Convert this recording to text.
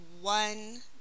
one